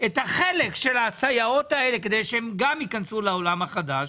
את החלק של הסייעות האלה כדי שהן גם יכנסו לעולם החדש,